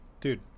Dude